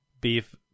beef